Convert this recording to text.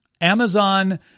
Amazon